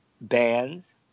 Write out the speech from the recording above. bands